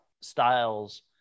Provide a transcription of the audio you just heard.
styles